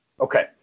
Okay